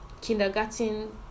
kindergarten